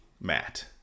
Matt